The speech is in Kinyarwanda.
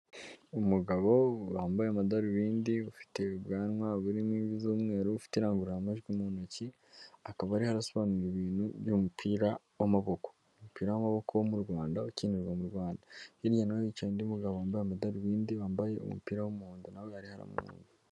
Umugabo wambaye amadarubindi, ufite ubwanwa burimo imvi z'umweru ufite irangurumajwi mu ntoki, akaba yarimo arasobanura ibintu by'umupira w'amaboko, umupira w'amaboko wo mu Rwanda, ukinirwa mu Rwanda. Hirya naho hicaye undi mugabo wambaye amadarubindi, wambaye umupira w'umuhondo nawe ariho aramwumva.